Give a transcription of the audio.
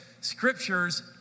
scriptures